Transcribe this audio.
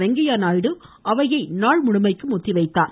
வெங்கையாநாயுடு அவையை நாள் முழுமைக்கும் ஒத்திவைத்தார்